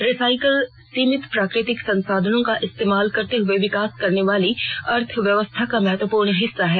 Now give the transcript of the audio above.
recycle सीमित प्राकृतिक संसाधनों का इस्तेमाल करते हुए विकास करने वाली अर्थव्यवस्था का महत्वपूर्ण हिस्सा है